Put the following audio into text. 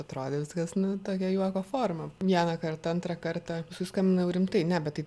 atrodė viskas nu tokia juoko forma vieną kartą antrą kartą paskui skambina jau rimtai ne bet tai